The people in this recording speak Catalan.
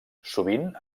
sovint